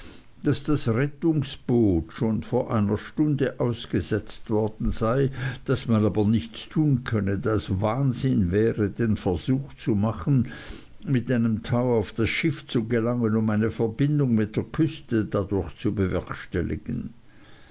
daß das rettungsboot schon vor einer stunde ausgesetzt worden sei daß man aber nichts tun könne da es wahnsinn wäre den versuch zu machen mit einem tau auf das schiff zu gelangen um eine verbindung mit der küste dadurch zu bewerkstelligen